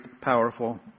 powerful